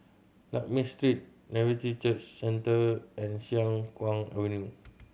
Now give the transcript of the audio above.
Lakme Street Nativity Church Centre and Siang Kuang Avenue